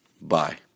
bye